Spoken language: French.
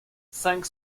cinq